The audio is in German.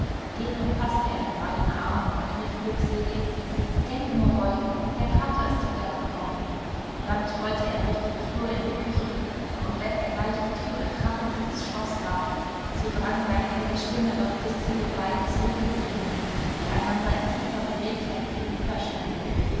den umfaßte er mit beiden armen und rief glückselig denk nur rolf der vater ist wiedergekommen dann tollte er durch den flur in die küche und wenn er gleich die türe krachend ins schloß warf so drang seine helle stimme doch bis zu den beiden zurückgebliebenen die einander in tiefer bewegtheit gegenüberstanden